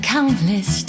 Countless